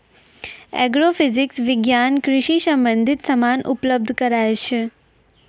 agrophysics विज्ञान कृषि संबंधित समान उपलब्ध कराय छै